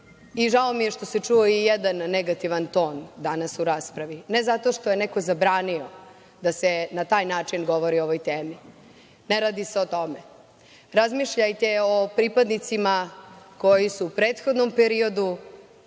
mi je što se čuo i jedan negativan ton danas u raspravi, ne zato što je neko zabranio da se na taj način govori o ovoj temi, ne radi se o tome. Razmišljajte o pripadnicima koji su u prethodnom periodu